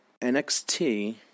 NXT